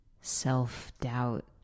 self-doubt